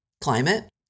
climate